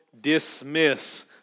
dismiss